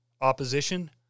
opposition